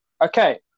Okay